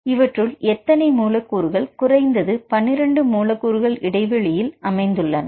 இவற்றுள் எத்தனை மூலக்கூறுகள் குறைந்தது 12 மூலக்கூறுகள் இடைவெளியில் அமைந்துள்ளன